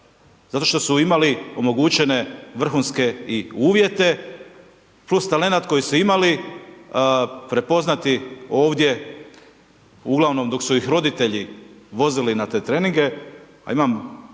zato što su imale omogućene vrhunske i uvijete plus talent koji su imali, prepoznati ovdje uglavnom dok su ih roditelji vozili na te treninge,